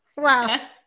wow